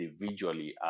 individually